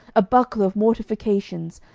a buckler of mortifications,